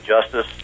justice